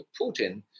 Putin